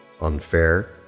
unfair